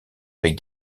avec